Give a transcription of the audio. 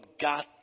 got